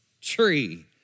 tree